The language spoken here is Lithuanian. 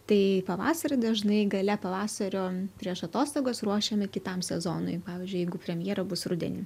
tai pavasarį dažnai gale pavasario prieš atostogas ruošiame kitam sezonui pavyzdžiui jeigu premjera bus rudenį